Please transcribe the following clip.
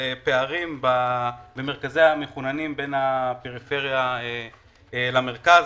על פערים במרכזי המחוננים בין הפריפריה למרכז.